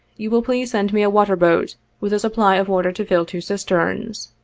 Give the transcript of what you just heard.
you will please send me a water-boat, with a supply of water to fill two cisterns,